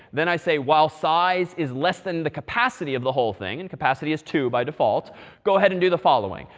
then i say, while size is less than the capacity of the whole thing and capacity is two by default go ahead and do the following.